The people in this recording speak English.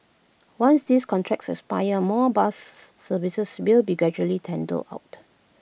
once these contracts expire more buses services will be gradually tendered out